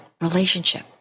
relationship